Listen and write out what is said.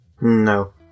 No